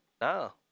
No